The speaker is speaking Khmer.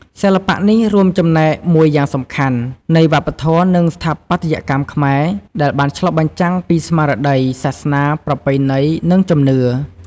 សិល្បៈនេះ រួមចំណែកមួយយ៉ាងសំខាន់នៃវប្បធម៌ និងស្ថាបត្យកម្មខ្មែរ ដែលបានឆ្លុះបញ្ចាំងពីស្មារតី សាសនា ប្រពៃណី និងជំនឿ។